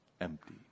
empty